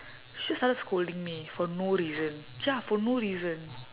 she just started scolding me for no reason ya for no reason